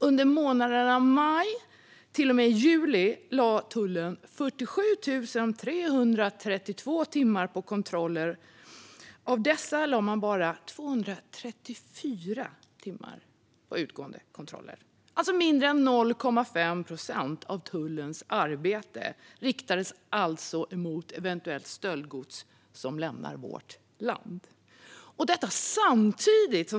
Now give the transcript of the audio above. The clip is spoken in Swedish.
Under månaderna maj till och med juli lade tullen 47 332 timmar på kontroller. Av dessa lades bara 234 timmar på utgående kontroller. Mindre än 0,5 procent av tiden lades alltså på kontroller av eventuellt stöldgods på väg ut ur landet.